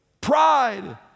pride